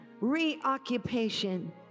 Reoccupation